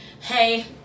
hey